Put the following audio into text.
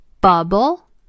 bubble